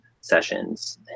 sessions